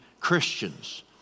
Christians